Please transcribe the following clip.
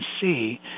see